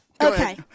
okay